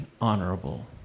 honorable